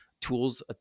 tools